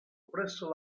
presso